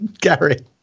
Gary